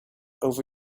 over